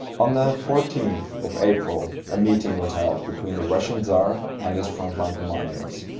on the fourteenth of april, a meeting was held between the russian tsar and his front-line commanders.